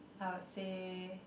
I would say